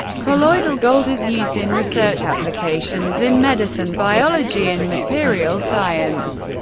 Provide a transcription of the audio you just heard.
colloidal gold is used in research applications in medicine, biology and materials science.